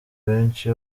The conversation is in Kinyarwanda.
benshi